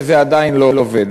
וזה עדיין לא עובד.